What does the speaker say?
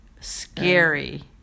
scary